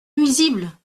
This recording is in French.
nuisible